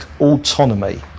autonomy